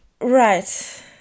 right